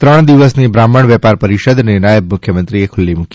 ત્રણ દિવસની બ્રાહ્મણ વેપાર પરિષદને નાયબ મુખ્યમંત્રીએ ખુલ્લી મૂકી